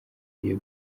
iyo